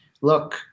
Look